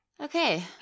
okay